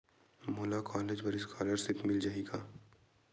मोला कॉलेज बर स्कालर्शिप मिल जाही का?